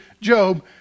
Job